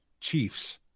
Chiefs